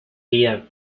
día